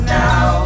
now